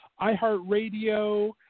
iHeartRadio